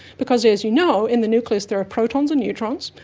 because, as you know, in the nucleus there are protons and neutrons,